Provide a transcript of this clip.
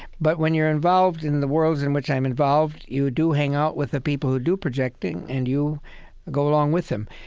but when you're involved in the worlds in which i'm involved, you do hang out with the people who do projecting and you go along with them.